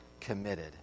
committed